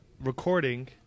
recording